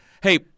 Hey